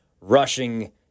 rushing